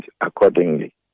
accordingly